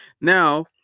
Now